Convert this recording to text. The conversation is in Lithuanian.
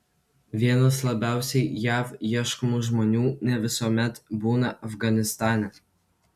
vienas labiausiai jav ieškomų žmonių ne visuomet būna afganistane